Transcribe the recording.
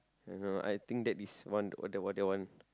I don't know I think that is one what they what they want